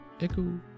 Echo